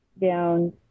down